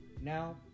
Now